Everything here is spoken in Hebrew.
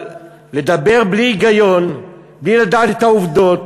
אבל לדבר בלי היגיון, בלי לדעת את העובדות?